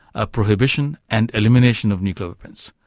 ah prohibition and elimination of nuclear weapons.